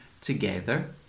together